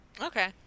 okay